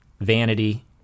vanity